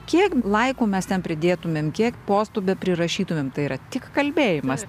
kiek laikų mes ten pridėtumėm kiek postų beprirašytumėm tai yra tik kalbėjimas